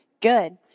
Good